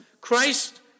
Christ